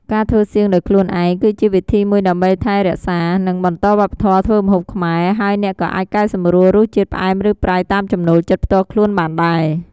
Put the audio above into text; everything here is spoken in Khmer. ការធ្វើសៀងដោយខ្លួនឯង គឺជាវិធីមួយដើម្បីថែរក្សា និងបន្តវប្បធម៌ធ្វើម្ហូបខ្មែរ ហើយអ្នកក៏អាចកែសម្រួលរសជាតិ ផ្អែម ឬ ប្រៃ តាមចំណូលចិត្តផ្ទាល់ខ្លួនបានដែរ។